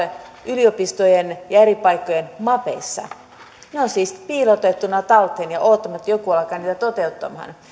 yliopistojen ja eri paikkojen mapeissa ne ovat siis piilotettuina talteen ja odottavat että joku alkaa niitä toteuttamaan